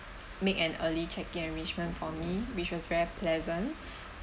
make an early check in arrangement for me which was very pleasant